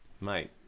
mate